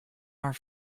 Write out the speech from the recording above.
are